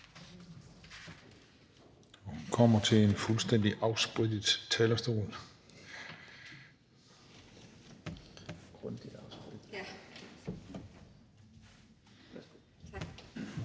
som kommer til en fuldstændig afsprittet talerstol.